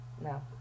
No